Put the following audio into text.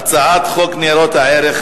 הצעת חוק ניירות ערך,